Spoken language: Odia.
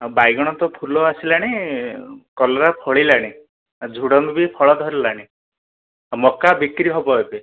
ଆଉ ବାଇଗଣ ତ ଫୁଲ ଆସିଲାଣି କଲରା ଫଳିଲାଣି ଆଉ ଝୁଡ଼ଙ୍ଗ ବି ଫଳ ଧରିଲାଣି ଆଉ ମକା ବିକ୍ରି ହେବ ଏବେ